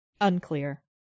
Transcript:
Unclear